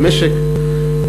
במשק,